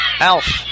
Alf